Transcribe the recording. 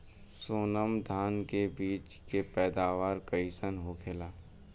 सोनम धान के बिज के पैदावार कइसन होखेला?